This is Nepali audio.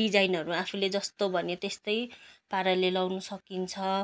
डिजाइनहरू आफूले जस्तो भन्यो त्यस्तो पाराले लगाउनु सकिन्छ